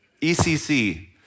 ECC